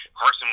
Carson